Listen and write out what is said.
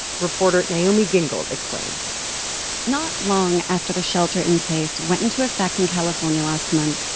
reporter naomi gingold explains not long after the shelter in place went into effect in california last month,